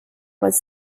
was